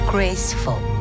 Graceful